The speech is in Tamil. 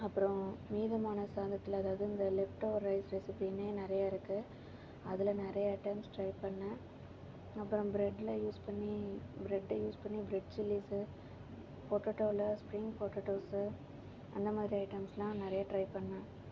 அப்புறம் மீதமான சாதத்தில் எதாவது இந்த லேப்டவர் ரைஸ் ரெசப்பின்னே நிறைய இருக்கு அதில் நிறைய ஐட்டம்ஸ் ட்ரை பண்ணேன் அப்புறம் பிரட்டில யூஸ் பண்ணி பிரெட்டை யூஸ் பண்ணி பிரெட் சில்லிஸ்சு பொட்டட்டோவில ஸ்ப்ரிங் பொட்டேட்டோஸ்ஸு அந்த மாதிரி ஐட்டம்ஸ்லாம் நிறைய ட்ரை பண்ணன்